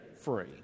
free